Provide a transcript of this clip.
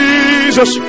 Jesus